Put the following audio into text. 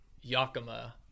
Yakima